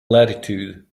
latitude